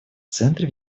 центр